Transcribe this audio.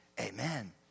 Amen